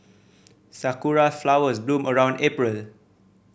sakura flowers bloom around April